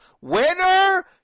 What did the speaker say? Winner